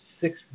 six